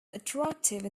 attractive